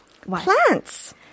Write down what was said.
plants